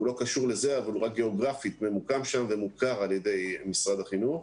הוא לא קשור לזה אבל גיאוגרפית הוא מוקם שם ומוכר על ידי משרד החינוך.